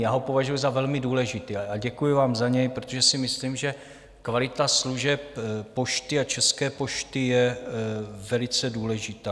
Já ho považuji za velmi důležitý a děkuji vám za něj, protože si myslím, že kvalita služeb České pošty je velice důležitá.